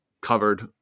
covered